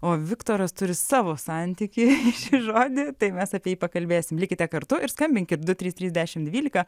o viktoras turi savo santykį šį žodį tai mes apie jį pakalbėsim likite kartu ir skambinkit du trys trys dešimt dvylika